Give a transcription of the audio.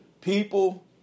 People